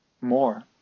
more